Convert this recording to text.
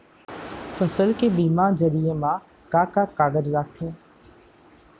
फसल के बीमा जरिए मा का का कागज लगथे?